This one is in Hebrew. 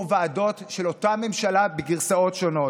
ועדות של אותה ממשלה בגרסאות שונות.